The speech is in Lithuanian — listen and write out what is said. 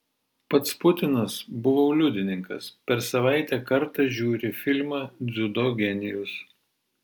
pats putinas buvau liudininkas per savaitę kartą žiūri filmą dziudo genijus